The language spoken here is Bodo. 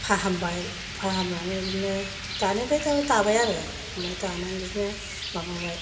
फाहामबाय फाहामनानै बिदिनो दानायफ्रा दाबाय आरो ओमफ्राय दानानै बिदिनो माबाबाय